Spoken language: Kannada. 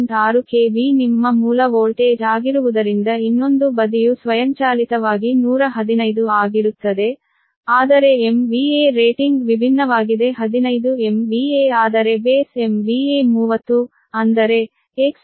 6 KV ನಿಮ್ಮ ಮೂಲ ವೋಲ್ಟೇಜ್ ಆಗಿರುವುದರಿಂದ ಇನ್ನೊಂದು ಬದಿಯು ಸ್ವಯಂಚಾಲಿತವಾಗಿ 115 ಆಗಿರುತ್ತದೆ ಆದರೆ MVA ರೇಟಿಂಗ್ ವಿಭಿನ್ನವಾಗಿದೆ 15 MVA ಆದರೆ ಬೇಸ್ MVA 30 ಅಂದರೆ XT2 0